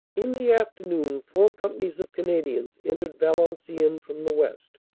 in the afternoon four companies of canadians entered valenciennes from the west.